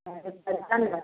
अहाँके टेन्शन हय